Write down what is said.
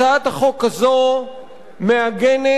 הצעת החוק הזאת מעגנת